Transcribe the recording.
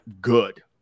good